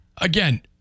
again